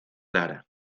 lara